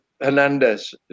Hernandez